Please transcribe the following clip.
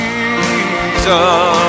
Jesus